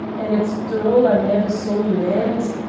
and it's droll i never saw ye land.